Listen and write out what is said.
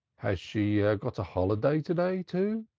has she got a holiday to-day, too?